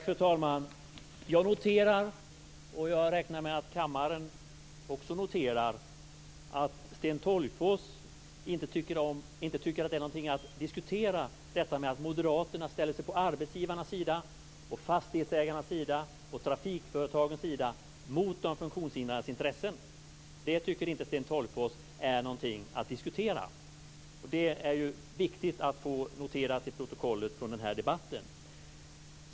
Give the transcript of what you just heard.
Fru talman! Jag noterar, och jag räknar med att kammaren också noterar det, att Sten Tolgfors inte tycker att det är någonting att diskutera att Moderaterna ställer sig på arbetsgivarnas sida, på fastighetsägarnas sida och på trafikföretagens sida mot de funktionshindrades intressen. Det tycker inte Sten Tolgfors är någonting att diskutera. Det är viktigt att få noterat till protokollet från den här debatten.